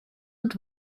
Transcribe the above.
und